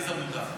לעליזה מותר.